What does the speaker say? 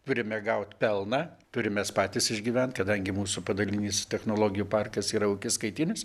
turime gaut pelną turim mes patys išgyvent kadangi mūsų padalinys technologijų parkas yra ūkiskaitinis